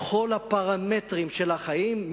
בכל הפרמטרים של החיים,